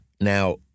Now